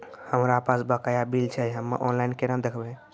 हमरा पास बकाया बिल छै हम्मे ऑनलाइन केना देखबै?